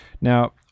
Now